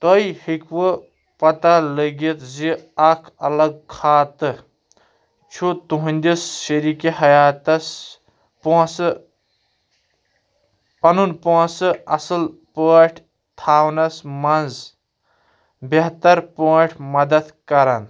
تُہۍ ہیٚکِوٕ پتہ لٔگِتھ زِ اکھ الگ کھاتہٕ چھُ تُہٕنٛدِس شریٖکہِ حیاتس پونٛسہٟ پنُن پونسہٕ اصٕل پٲٹھۍ تھاوَنس منٛز بہتر پٲٹھۍ مدَتھ کران